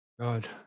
God